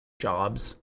jobs